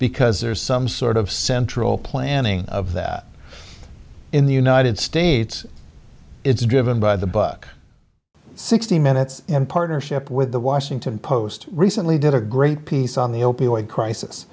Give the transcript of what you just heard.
because there's some sort of central planning of that in the united states it's driven by the book sixty minutes in partnership with the washington post recently did a great piece on the opioid crisis